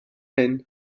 hyn